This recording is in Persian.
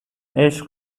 عشق